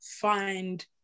find